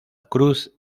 cruz